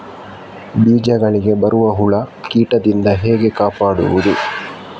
ಬೀಜಗಳಿಗೆ ಬರುವ ಹುಳ, ಕೀಟದಿಂದ ಹೇಗೆ ಕಾಪಾಡುವುದು?